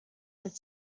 could